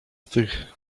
tych